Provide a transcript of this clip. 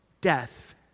death